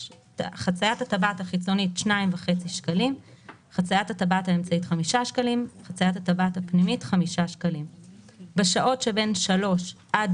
טבעת חיצונית 2.5 טבעת אמצעית 5 טבעת פנימית 5 15:00 עד